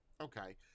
okay